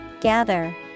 gather